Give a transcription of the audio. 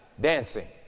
Dancing